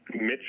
Mitch